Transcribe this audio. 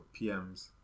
PMs